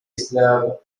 esclaves